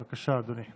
בבקשה, אדוני.